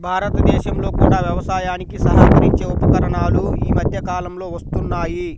భారతదేశంలో కూడా వ్యవసాయానికి సహకరించే ఉపకరణాలు ఈ మధ్య కాలంలో వస్తున్నాయి